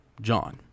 John